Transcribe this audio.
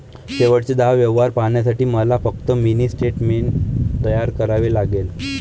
शेवटचे दहा व्यवहार पाहण्यासाठी मला फक्त मिनी स्टेटमेंट तयार करावे लागेल